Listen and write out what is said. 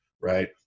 right